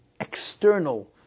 external